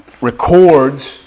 records